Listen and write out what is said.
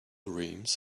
rims